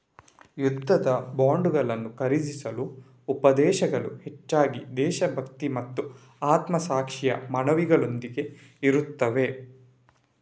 ಯುದ್ಧದ ಬಾಂಡುಗಳನ್ನು ಖರೀದಿಸಲು ಉಪದೇಶಗಳು ಹೆಚ್ಚಾಗಿ ದೇಶಭಕ್ತಿ ಮತ್ತು ಆತ್ಮಸಾಕ್ಷಿಯ ಮನವಿಗಳೊಂದಿಗೆ ಇರುತ್ತವೆ